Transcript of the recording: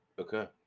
Okay